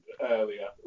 earlier